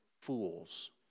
fools